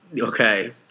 Okay